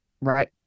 right